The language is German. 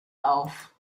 auf